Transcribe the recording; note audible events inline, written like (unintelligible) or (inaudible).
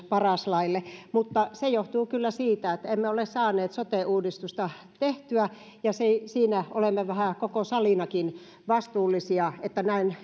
paras laille mutta se johtuu kyllä siitä että emme ole saaneet sote uudistusta tehtyä ja siinä olemme vähän koko salinakin vastuullisia että näin (unintelligible)